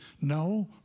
no